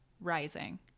Rising